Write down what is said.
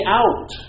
out